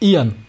Ian